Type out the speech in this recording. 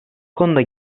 konuda